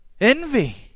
Envy